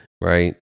right